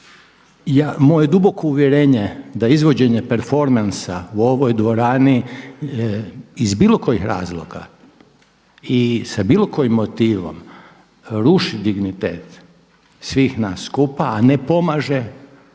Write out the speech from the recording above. Moje duboko uvjerenje da izvođenje performansa u ovoj dvorani iz bilo kojih razloga i sa bilo kojim motivom, ruši dignitet svih nas skupa, a ne pomaže onome